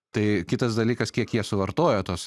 tai kitas dalykas kiek jie suvartoja tos